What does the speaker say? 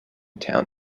town